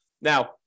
Now